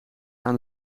aan